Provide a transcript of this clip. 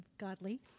godly